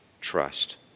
trust